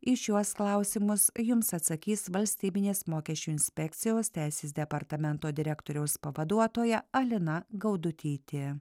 į šiuos klausimus jums atsakys valstybinės mokesčių inspekcijos teisės departamento direktoriaus pavaduotoja alina gaudutytė